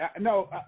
No